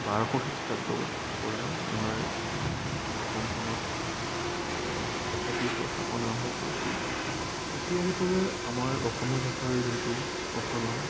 বাৰশ খ্ৰীষ্টাব্দৰ পৰাই আমাৰ অসমখনত তেখেতলোকৰ শাসন আৰম্ভ কৰিছিল তেতিয়াৰে পৰা আমাৰ অসমীয়া ভাষাৰ যোনটো প্ৰচলন